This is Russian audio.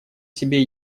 себе